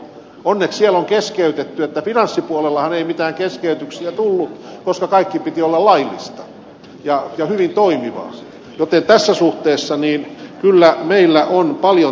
onneksi siellä on keskeytetty mutta finanssipuolellahan ei mitään keskeytyksiä tullut koska kaiken piti olla laillista ja hyvin toimivaa joten tässä suhteessa meillä on kyllä paljon tekemistä